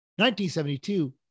1972